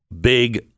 big